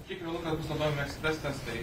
kiek realu kad bus naudojamai ekspres testai